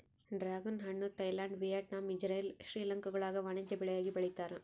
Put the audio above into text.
dragon ಹಣ್ಣು Thailand Vietnam Israel ಶ್ರೀಲಂಕಾಗುಳಾಗ ವಾಣಿಜ್ಯ ಬೆಳೆಯಾಗಿ ಬೆಳೀತಾರ